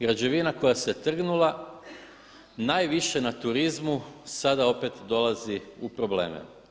Građevina koja se trgnula najviše na turizmu sada opet dolazi u probleme.